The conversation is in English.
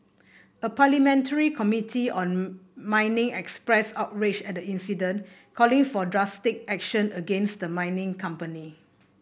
a parliamentary committee on mining expressed outrage at the incident calling for drastic action against the mining company